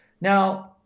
now